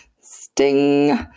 Sting